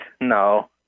No